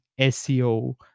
SEO